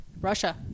Russia